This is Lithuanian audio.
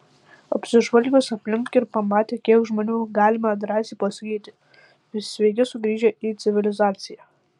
apsižvalgius aplink ir pamatę kiek žmonių galime drąsiai pasakyti sveiki sugrįžę į civilizaciją